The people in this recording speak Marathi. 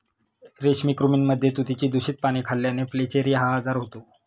रेशमी कृमींमध्ये तुतीची दूषित पाने खाल्ल्याने फ्लेचेरी हा आजार होतो